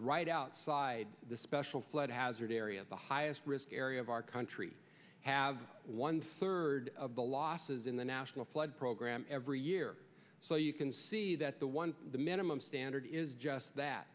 right outside the special flood hazard area of the highest risk area of our country have one third of the losses in the national flood program every year so you can see that the one the minimum standard is just that